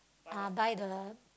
uh buy the